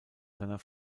seiner